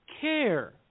care